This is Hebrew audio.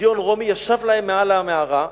לגיון רומי ישב להם מעל למערה,